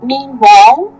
Meanwhile